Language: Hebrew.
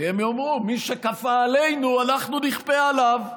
כי הם יאמרו: מי שכפה עלינו, אנחנו נכפה עליו.